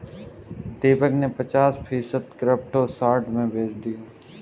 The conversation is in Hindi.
दीपक ने पचास फीसद क्रिप्टो शॉर्ट में बेच दिया